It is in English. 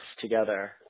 together